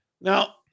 Now